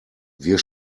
wir